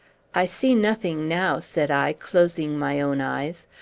i see nothing now, said i, closing my own eyes,